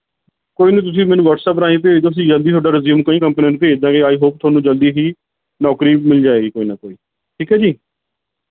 ਕੋਈ ਨਾ ਤੁਸੀਂ ਮੈਨੂੰ ਵਟਸਐਪ ਰਾਹੀਂ ਭੇਜਦੋ ਅਸੀਂ ਜਲਦੀ ਤੁਹਾਡਾ ਰਿਜ਼ਿਊਮ ਕਈ ਕੰਪਨੀਆਂ ਨੂੰ ਭੇਜ ਦੇਵਾਂਗੇ ਆਈ ਹੋਪ ਤੁਹਾਨੂੰ ਜਲਦੀ ਹੀ ਨੌਕਰੀ ਮਿਲ ਜਾਏਗੀ ਕੋਈ ਨਾ ਕੋਈ ਠੀਕ ਆ ਜੀ